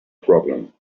problem